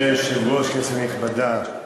אדוני היושב-ראש, כנסת נכבדה,